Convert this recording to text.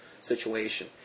situation